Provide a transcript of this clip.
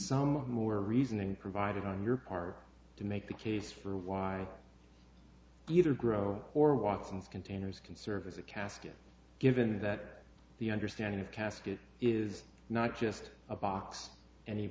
some more reasoning provided on your part to make the case for why either grow or walk and containers can serve as a casket given that the understanding of captive is not just a box any